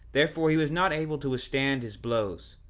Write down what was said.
therefore he was not able to withstand his blows,